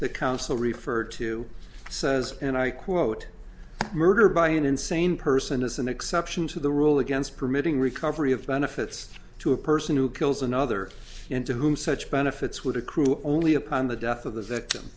the counsel referred to says and i quote murder by an insane person is an exception to the rule against permitting recovery of benefits to a person who kills another into whom such benefits would accrue only upon the death of the victim